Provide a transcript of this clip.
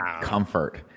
comfort